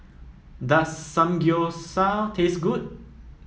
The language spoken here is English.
does Samgyeopsal taste good